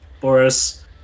Boris